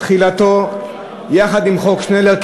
תחילתו יחד עם חוק שנלר,